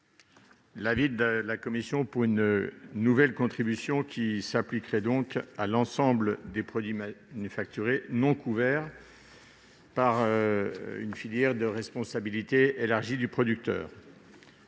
visent à mettre en place une nouvelle contribution, qui s'appliquerait à l'ensemble des « produits manufacturés » non couverts par une filière de responsabilité élargie du producteur.